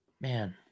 Man